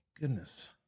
goodness